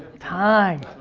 time.